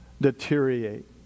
deteriorate